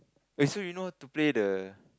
wait so you know how to play the